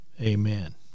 amen